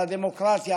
על הדמוקרטיה,